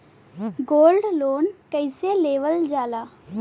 Gold loan कईसे लेवल जा ला?